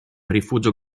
rifugio